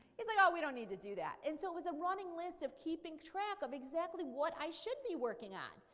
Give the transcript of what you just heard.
he's like, oh, we don't need to do that. and so it was a running list of keeping track of exactly what i should be working on.